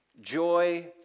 joy